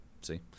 see